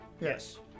Yes